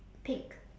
pink